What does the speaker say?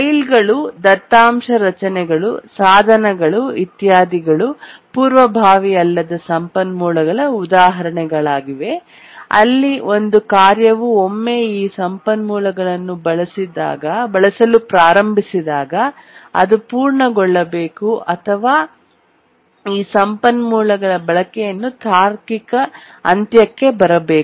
ಫೈಲ್ಗಳು ದತ್ತಾಂಶ ರಚನೆಗಳು ಸಾಧನಗಳು ಇತ್ಯಾದಿಗಳು ಪೂರ್ವಭಾವಿ ಅಲ್ಲದ ಸಂಪನ್ಮೂಲಗಳ ಉದಾಹರಣೆಗಳಾಗಿವೆ ಅಲ್ಲಿ ಒಂದು ಕಾರ್ಯವು ಒಮ್ಮೆ ಈ ಸಂಪನ್ಮೂಲಗಳನ್ನು ಬಳಸಲು ಪ್ರಾರಂಭಿಸಿದಾಗ ಅದು ಪೂರ್ಣಗೊಳ್ಳಬೇಕು ಅಥವಾ ಈ ಸಂಪನ್ಮೂಲಗಳ ಬಳಕೆಯನ್ನು ತಾರ್ಕಿಕ ಅಂತ್ಯಕ್ಕೆ ಬರಬೇಕು